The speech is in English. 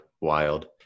wild